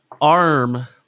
Arm